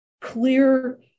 clear